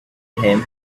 him